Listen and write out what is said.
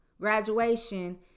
graduation